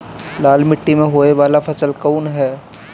लाल मीट्टी में होए वाला फसल कउन ह?